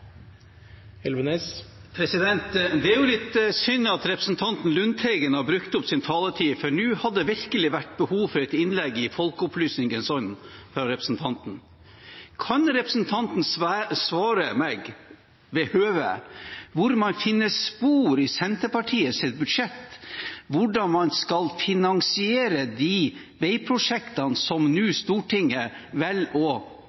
Elvenes har hatt ordet to ganger tidligere og får ordet til en kort merknad, begrenset til 1 minutt. Det er litt synd at representanten Lundteigen har brukt opp sin taletid, for nå hadde det virkelig vært behov for et innlegg, i folkeopplysningens ånd, fra representanten. Kan representanten svare meg ved høve på hvor man finner spor i Senterpartiets budsjett etter hvordan man skal